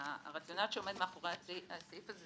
הרציונל שעומד מאחורי הסעיף הזה,